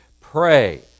pray